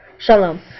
Shalom